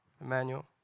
Emmanuel